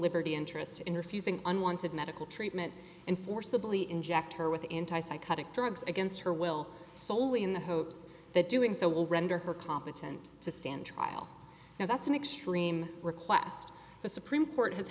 liberty interest in refusing unwanted medical treatment and forcibly inject her with entire psychotic drugs against her will soley in the hopes that doing so will render her competent to stand trial now that's an extreme request the supreme court has